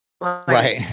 Right